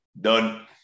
Done